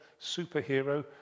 superhero